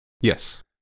Yes